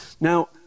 now